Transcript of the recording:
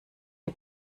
die